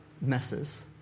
messes